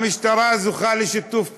המשטרה זוכה לשיתוף פעולה,